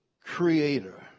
creator